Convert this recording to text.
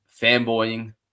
fanboying